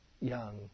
young